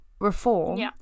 reform